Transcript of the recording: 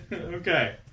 Okay